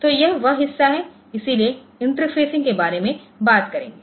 तो यह वह हिस्सा है इसलिए इंटरफेसिंग के बारे में बात करेंगे